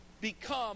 become